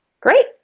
Great